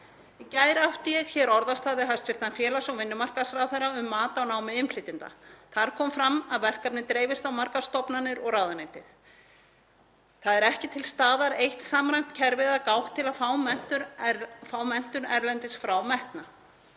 Í gær átti ég hér orðastað við hæstv. félags- og vinnumarkaðsráðherra um mat á námi innflytjenda. Þar kom fram að verkefnin dreifast á margar stofnanir og ráðuneyti. Það er ekki til staðar eitt samræmt kerfi eða gátt til að fá menntun erlendis frá metna.